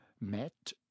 met